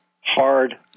hard